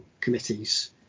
committees